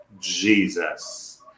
Jesus